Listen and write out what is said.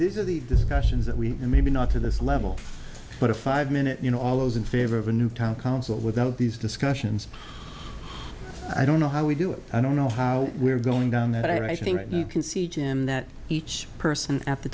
are the discussions that we and maybe not to this level but a five minute you know all those in favor of a new town council without these discussions i don't know how we do it i don't know how we're going down that i think you can see jim that each person at the